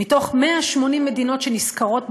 מ-180 מדינות שנסקרות במדד,